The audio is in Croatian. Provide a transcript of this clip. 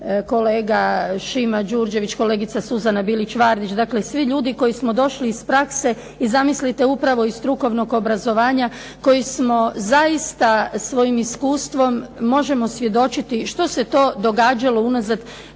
kolega Šima Đurđević, kolegica Suzana Bilić-Vardić, dakle svi ljudi koji smo došli iz prakse i zamislite upravo iz strukovnog obrazovanja koji smo zaista svojim iskustvom možemo svjedočiti što se to događalo unazad